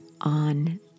on